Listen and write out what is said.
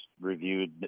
reviewed